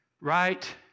right